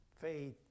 faith